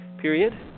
period